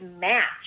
match